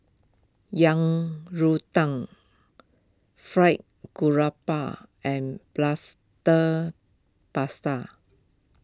Yang Rou Tang Fried Garoupa and Plaster pasta